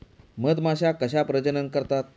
मधमाश्या कशा प्रजनन करतात?